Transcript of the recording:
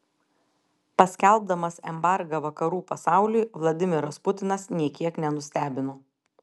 paskelbdamas embargą vakarų pasauliui vladimiras putinas nė kiek nenustebino